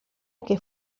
que